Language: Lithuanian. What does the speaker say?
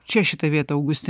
čia šita vieta augustinai